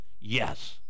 Yes